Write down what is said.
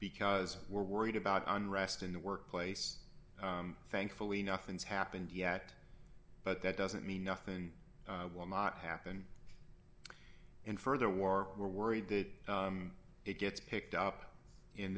because we're worried about unrest in the workplace thankfully nothing's happened yet but that doesn't mean nothing will not happen in further war we're worried that it gets picked up in